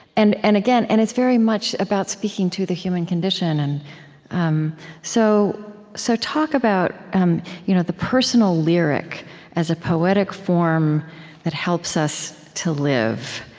and and again, and it's very much about speaking to the human condition. and um so so talk about um you know the personal lyric as a poetic form that helps us to live,